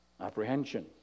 apprehension